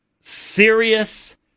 serious